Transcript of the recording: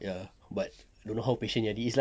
ya but don't know how patient yadi is lah